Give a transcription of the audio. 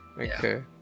Okay